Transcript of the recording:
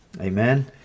Amen